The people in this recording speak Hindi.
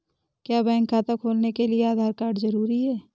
क्या बैंक खाता खोलने के लिए आधार कार्ड जरूरी है?